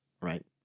right